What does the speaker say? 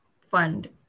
Fund